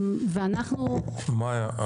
מאיה,